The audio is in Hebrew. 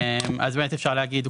אז באמת אפשר להגיד,